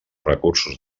recursos